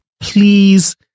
please